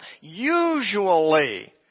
Usually